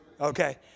okay